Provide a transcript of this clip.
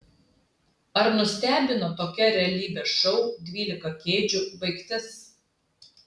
ar nustebino tokia realybės šou dvylika kėdžių baigtis